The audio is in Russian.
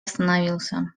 остановился